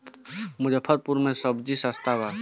मुजफ्फरपुर में सबजी सस्ता बा